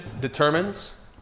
determines